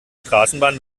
straßenbahn